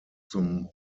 zum